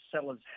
sellers